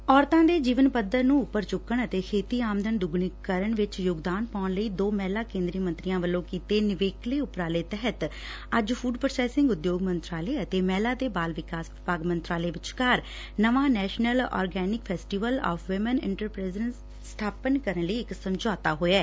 ਔਰਤਾਂ ਦੇ ਜੀਵਨ ਪੱਧਰ ਨੂੰ ਉਪਰ ਚੁੱਕਣ ਅਤੇ ਖੇਤੀ ਆਮਦਨ ਦੁੱਗਣੀ ਕਰਨ ਵਿਚ ਯੋਗਦਾਨ ਪਾਉਣ ਲਈ ਦੋ ਮਹਿਲਾ ਕੇਂਦਰੀ ਮੰਤਰੀਆਂ ਵੱਲੋ ਕੀਤੇ ਨਿਵੇਕਲੇ ਉਪਰਾਲੇ ਤਹਿਤ ਅੱਜ ਫੁਡ ਪ੍ਰੋਸੈਸਿੰਗ ਉਦਯੋਗ ਮੰਤਰਾਲੇ ਅਤੇ ਮਹਿਲਾ ਤੇ ਬਾਲ ਵਿਕਾਸ ਵਿਭਾਗ ਮੰਤਰਾਲੇ ਵਿਚਕਾਰ ਨਵਾਂ 'national organic festival of women entrepreneurs' ਸਬਾਪਤ ਕਰਨ ਲਈ ਇੱਕ ਸਮਝੌਤਾ ਹੋਇਐ